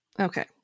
Okay